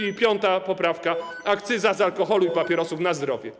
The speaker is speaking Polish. I 5. poprawka: akcyza z alkoholu i papierosów - na zdrowie.